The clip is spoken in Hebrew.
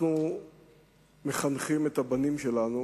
אנחנו מחנכים את הבנים שלנו